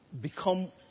become